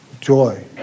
joy